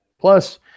Plus